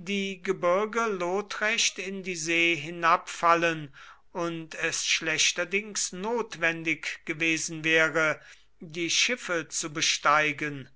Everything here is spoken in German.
die gebirge lotrecht in die see hinabfallen und es schlechterdings notwendig gewesen wäre die schiffe zu besteigen